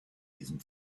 diesen